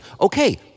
okay